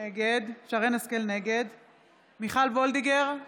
נגד מיכל וולדיגר,